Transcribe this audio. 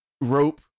rope